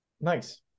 Nice